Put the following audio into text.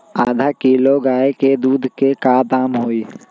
आधा किलो गाय के दूध के का दाम होई?